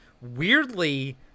weirdly